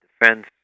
defense